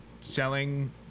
selling